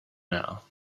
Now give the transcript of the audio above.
now